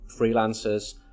freelancers